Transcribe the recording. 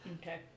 Okay